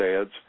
ads